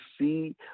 see